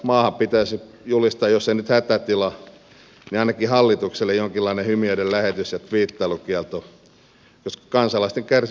maahan pitäisi julistaa jos ei nyt hätätila niin ainakin hallitukselle jonkinlainen hymiöiden lähetys ja twiittailukielto koska kansalaisten kärsivällisyys alkaa loppua